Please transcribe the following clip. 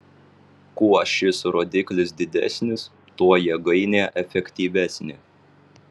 kuo šis rodiklis didesnis tuo jėgainė efektyvesnė